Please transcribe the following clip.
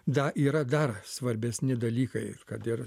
da yra dar svarbesni dalykai ir kad ir